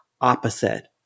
opposite